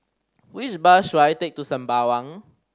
which bus should I take to Sembawang